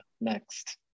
Next